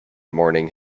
morning